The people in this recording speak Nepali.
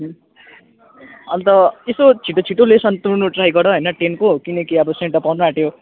अन्त यसो छिटो छिटो लेसन तुर्नु ट्राई गर होइन टेनको किनकि अब सेन्ट अप आउनु आँट्यो